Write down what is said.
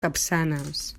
capçanes